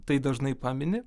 tai dažnai pamini